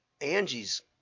Angie's